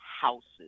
houses